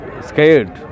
scared